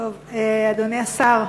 אדוני השר,